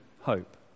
hope